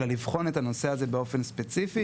אלא לבחון את הנושא הזה באופן ספציפי